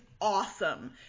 awesome